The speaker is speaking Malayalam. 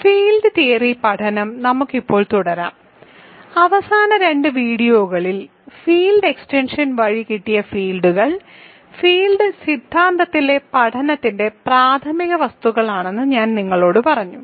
ഫീൽഡ് തിയറി പഠനം നമുക്ക് ഇപ്പോൾ തുടരാം അവസാന രണ്ട് വീഡിയോകളിൽ ഫീൽഡ് എക്സ്റ്റൻഷൻ വഴി കിട്ടിയ ഫീൽഡുകൾ ഫീൽഡ് സിദ്ധാന്തത്തിലെ പഠനത്തിന്റെ പ്രാഥമിക വസ്തുക്കളാണെന്ന് ഞാൻ നിങ്ങളോട് പറഞ്ഞു